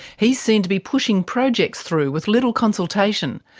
he's seen to be pushing projects through with little consultation,